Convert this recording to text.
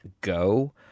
go